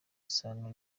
isano